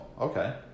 Okay